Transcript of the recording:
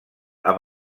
amb